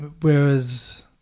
whereas